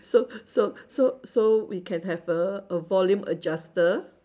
so so so so we can have a a volume adjuster